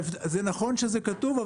זה נכון שזה כתוב,